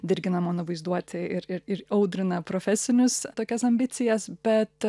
dirgina mano vaizduotę ir ir ir audrina profesinius tokias ambicijas bet